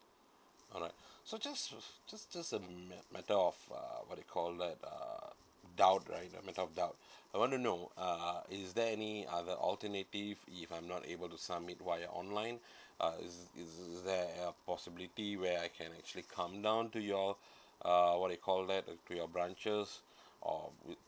alright so just um just just um method of uh what they call that uh doubt right the method of doubt I wanna know uh is there any other alternative if I'm not able to submit via online uh is is there a possibility where I can actually come down to your uh what they call that the of branches or with